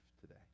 today